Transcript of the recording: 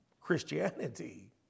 Christianity